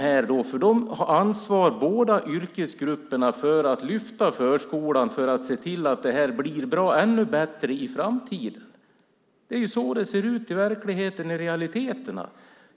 Båda yrkesgrupperna har ju ansvar för att lyfta förskolan och se till att den blir ännu bättre i framtiden. Det är så det ser ut i verkligheten.